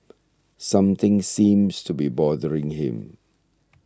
something seems to be bothering him